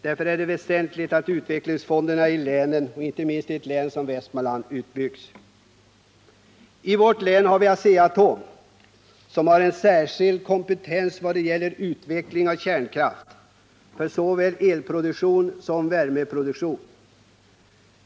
Därför är det väsentligt att utvecklingsfonderna i länen utbyggs, inte minst i Västmanlands län. I vårt län ligger AB Asea-Atom som har en särskild kompetens i vad gäller utvecklingen av kärnkraft för såväl elproduktion som värmeproduktion.